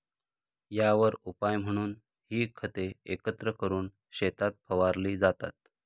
यावर उपाय म्हणून ही खते एकत्र करून शेतात फवारली जातात